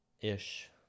ish